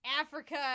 Africa